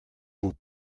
vous